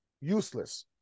useless